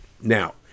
Now